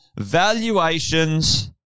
Valuations